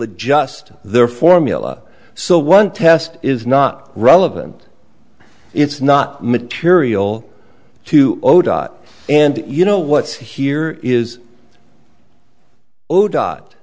adjust their formula so one test is not relevant it's not material to dot and you know what's here is